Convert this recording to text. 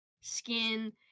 skin